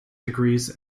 agrees